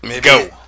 Go